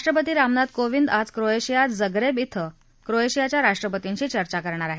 राष्ट्रपती रामनाथ कोविंद आज क्रोएशियात जप्रेब धिं क्रोएशियाच्या राष्ट्रपतींशी चर्चा करणार आहेत